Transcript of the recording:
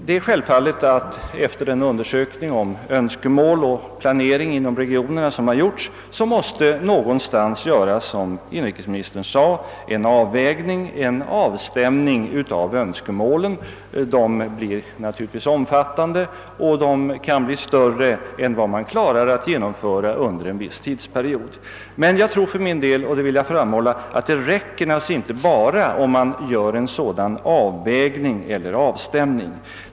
Det är självfallet att efter den undersökning om önskemål och planering inom regionerna som gjorts måste någonstans — som inrikesministern sade — göras en avvägning, en avstämning av önskemålen. Önskemålen blir naturligtvis omfattande — det går kanske inte att tillmötesgå dem alla under en viss tidsperiod. Men jag vill framhålla att det enligt min mening inte räcker med en sådan avvägning eller avstämning.